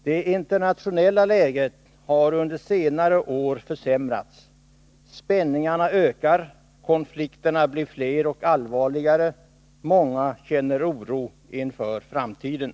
Det internationella läget har under senare år försämrats. Spänningarna ökar, konflikterna blir fler och allvarligare. Många känner oro inför framtiden.